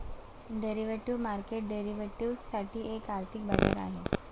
derivative market derivatives साठी एक आर्थिक बाजार आहे